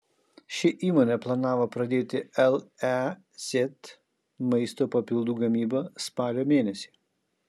ši įmonė planavo pradėti lez maisto papildų gamybą spalio mėnesį